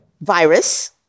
virus